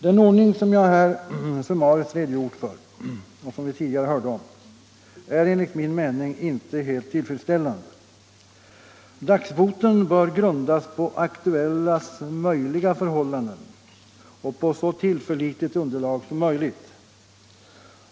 Den ordning som jag här summariskt har redogjort för är enligt min mening inte helt tillfredsställande. Dagsboten bör grundas på aktuellaste möjliga förhållanden och på så tillförlitligt underlag som möjligt.